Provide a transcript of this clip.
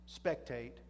spectate